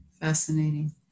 fascinating